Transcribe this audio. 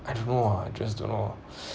I don't know ah I just don't know